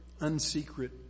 unsecret